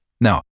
Now